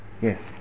Yes